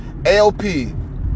AOP